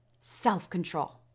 self-control